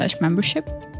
membership